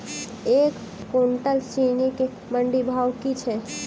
एक कुनटल चीनी केँ मंडी भाउ की छै?